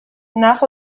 nach